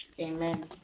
amen